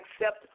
accept